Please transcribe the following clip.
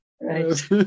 Right